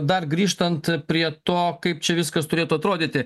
dar grįžtant prie to kaip čia viskas turėtų atrodyti